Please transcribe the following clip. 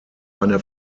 eine